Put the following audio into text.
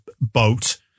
boat